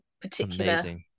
particular